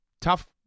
tough